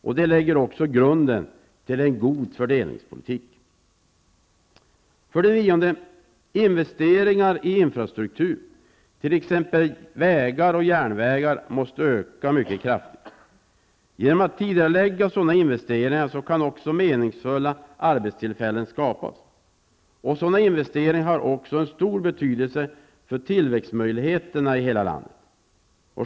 Detta lägger också grunden till en god fördelningspolitik. 9. Investeringar i t.ex. järnvägar och vägar måste öka. Genom att tidigarelägga sådana investeringar kan meningsfulla arbetstillfällen erbjudas. Sådana investeringar har också stor betydelse för tillväxtmöjligheterna i landet.